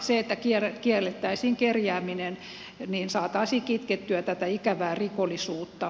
sillä että kiellettäisiin kerjääminen saataisiin kitkettyä tätä ikävää rikollisuutta